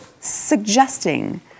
suggesting